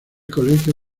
colegio